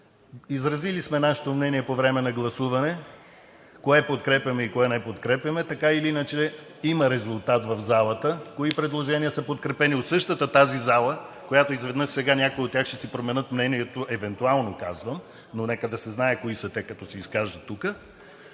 изразили сме нашето мнение по време на гласуване кое подкрепяме и кое не подкрепяме. Така или иначе има резултат в залата кои предложения са подкрепени от същата тази зала, в която изведнъж сега някои ще си променят мнението. Евентуално, казвам. Нека да се знае кои са те, като се изкажат тук,